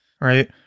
right